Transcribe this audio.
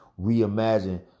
reimagine